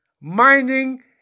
Mining